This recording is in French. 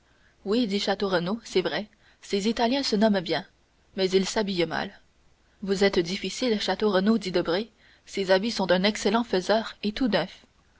oui dit château renaud c'est vrai ces italiens se nomment bien mais ils s'habillent mal vous êtes difficile château renaud reprit debray ces habits sont d'un excellent faiseur et tout neufs